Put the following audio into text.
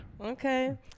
Okay